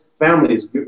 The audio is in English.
Families